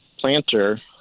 planter